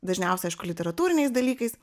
dažniausiai aišku literatūriniais dalykais